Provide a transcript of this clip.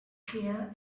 clear